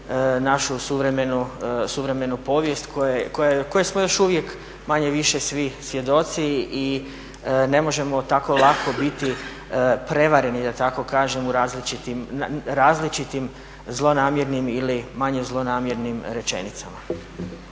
našu suvremenu povijest koje smo još uvijek manje-više svi svjedoci i ne možemo tako lako biti prevareni da tako kažem u različitim zlonamjernim ili manje zlonamjernim rečenicama.